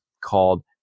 called